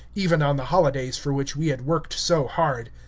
even on the holidays for which we had worked so hard.